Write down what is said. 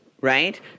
right